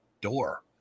door